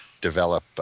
develop